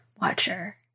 watcher